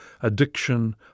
addiction